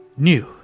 New